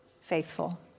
faithful